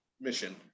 mission